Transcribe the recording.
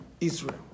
Israel